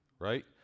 right